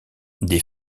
des